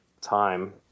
time